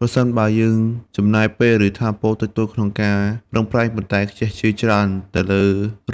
ប្រសិនបើយើងចំណាយពេល ឬថាមពលតិចតួចក្នុងការប្រឹងប្រែង ប៉ុន្តែខ្ជះខ្ជាយច្រើនទៅលើ